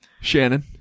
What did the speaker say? Shannon